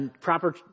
proper